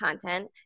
content